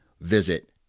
visit